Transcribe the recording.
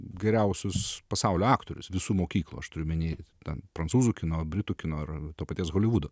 geriausius pasaulio aktorius visų mokyklų aš turiu omeny ten prancūzų kino britų kino ar to paties holivudo